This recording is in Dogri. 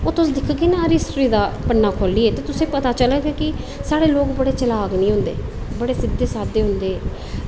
ओह् तुस दिखगे ना अगर हिस्ट्री दा पन्ना खोलियै तुसें पता चलग कि साढ़े लोग बड़े चलाक निं होंदे बड़े सिद्धे साद्धे होंदे